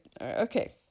okay